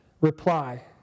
reply